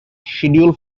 schedule